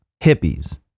hippies